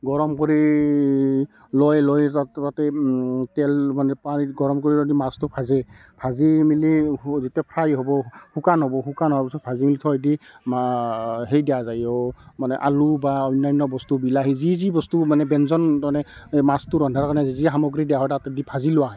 গৰম কৰি লয় লৈ তাত তাতে তেল মানে পানীত গৰম কৰি যদি মাছটো ভাজে ভাজি মেলি যেতিয়া ফ্ৰাই হ'ব শুকান হ'ব শুকান হোৱাৰ পিছত ভাজি থৈ দি হেৰি দিয়া যায় মানে আলু বা অন্যান্য বস্তু বিলাহী যি যি বস্তু মানে ব্যঞ্জনটো মানে এই মাছটো ৰন্ধাৰ কাৰণে যি যি সামগ্ৰী দিয়া হয় দি তাতে ভাজি লোৱা হয়